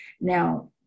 Now